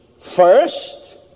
First